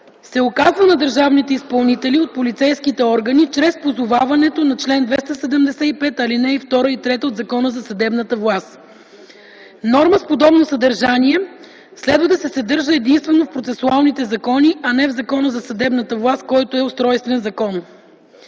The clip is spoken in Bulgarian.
се оказва на държавните изпълнители от полицейските органи чрез позоваването на чл. 275, ал. 2 и 3 от Закона за съдебната власт. - Норма с подобно съдържание следва да се съдържа единствено в процесуалните закони, а не в Закона за съдебната власт, който е устройствен закон.